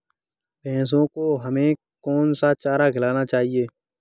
भैंसों को हमें कौन सा चारा खिलाना चाहिए?